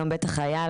היום בית החייל,